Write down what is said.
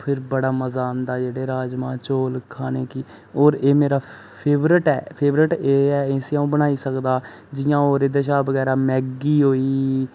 फेर बड़ा मजा आंदा जेह्ड़े राजमां चौल खाने गी और एह् मेरा फेवरेट ऐ फेवरेट एह् ऐ इसी अ'ऊं बनाई सकदा जि'यां होर एह्दे शा बगैरा मैगी होई